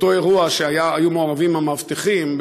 באותו אירוע שהיו מעורבים המאבטחים,